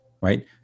right